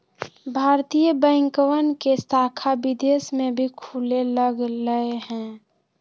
भारतीय बैंकवन के शाखा विदेश में भी खुले लग लय है